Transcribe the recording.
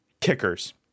kickers